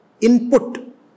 input